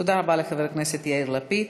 תודה רבה לחבר הכנסת יאיר לפיד.